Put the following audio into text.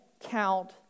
count